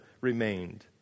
remained